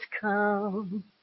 come